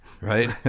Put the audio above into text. right